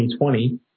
2020